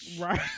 Right